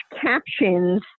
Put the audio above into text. captions